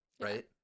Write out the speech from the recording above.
Right